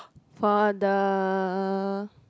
for the